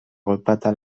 repartent